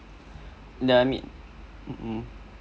no I mean mmhmm